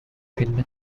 فیلم